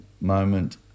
moment